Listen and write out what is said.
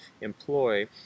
employ